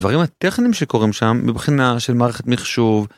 דברים הטכניים שקורים שם מבחינה של מערכת מחשוב.